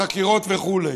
חקירות וכו'.